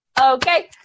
Okay